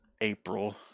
April